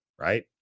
right